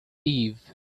eve